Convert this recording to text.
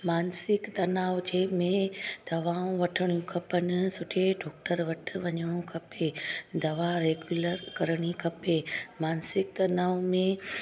मानसिक तनाउ जंहिंमें दवाऊं वठणियूं खपनि सुठे डॉक्टर वटि वञिणो खपे दवा रेगुलर करिणी खपे मानसिक तनाउ में